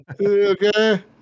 Okay